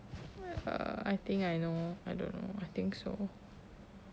er I think I know I don't know I think so